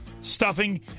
stuffing